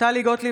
טלי גוטליב,